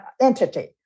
entity